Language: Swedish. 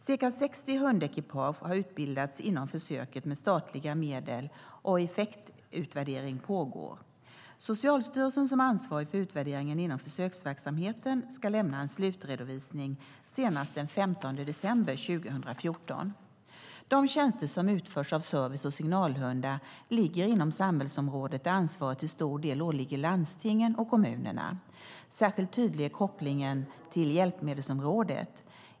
Ca 60 hundekipage har utbildats inom försöket med statliga medel, och effektutvärderingen pågår. Socialstyrelsen som är ansvarig för utvärderingen inom försöksverksamheten ska lämna en slutredovisning senast den 15 december 2014. De tjänster som utförs av service och signalhundar ligger inom samhällsområden där ansvaret till stor del åligger landstingen och kommunerna. Särskilt tydlig är kopplingen till hjälpmedelsområdet.